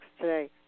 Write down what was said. today